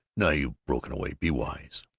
now you've broken away, be wise!